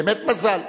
באמת מזל.